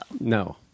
No